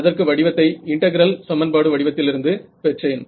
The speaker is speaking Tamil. அதற்கு வடிவத்தை இன்டகிரல் சமன்பாடு வடிவத்திலிருந்து பெற்றேன்